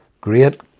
great